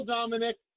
Dominic